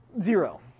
zero